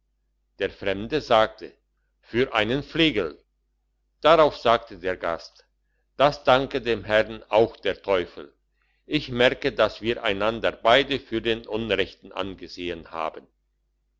der fremde sagte für einen flegel darauf sagte der gast das danke dem herrn auch der teufel ich merke dass wir einander beide für den unrechten angesehen haben